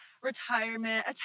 Retirement